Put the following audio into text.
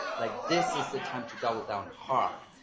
like this is the time to double down hard.